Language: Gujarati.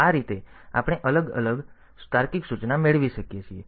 તેથી આ રીતે આપણે અલગ અને તાર્કિક સૂચના મેળવી શકીએ છીએ